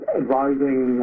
advising